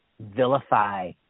vilify